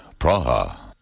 Praha